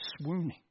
swooning